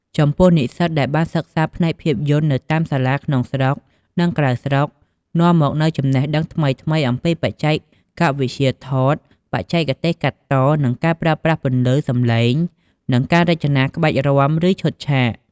ចំពោះ និស្សិតដែលបានសិក្សាផ្នែកភាពយន្តនៅតាមសាលាក្នុងស្រុក និងក្រៅស្រុក នាំមកនូវចំណេះដឹងថ្មីៗអំពីបច្ចេកវិទ្យាថត បច្ចេកទេសកាត់ត ការប្រើប្រាស់ពន្លឺ សំឡេង និងការរចនាក្បាច់រាំ ឬឈុតឆាក។